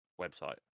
website